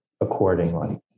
accordingly